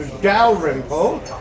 Dalrymple